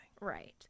Right